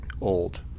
old